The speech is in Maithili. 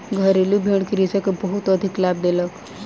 घरेलु भेड़ कृषक के बहुत अधिक लाभ देलक